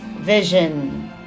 vision